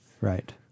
Right